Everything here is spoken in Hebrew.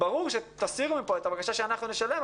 ברור שתסירו מפה את הבקשה שאנחנו נשלם.